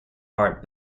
art